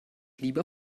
lieber